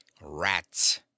rats